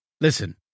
listen